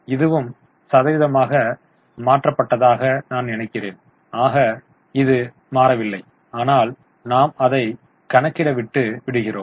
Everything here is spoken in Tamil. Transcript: இதுவும் சதவீதமாக மாற்றப்பட்டதாக நான் நினைக்கிறேன் ஆக இது மாறவில்லை ஆனால் நாம் அதை கணக்கிட விட்டு விடுகிறோம்